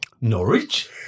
Norwich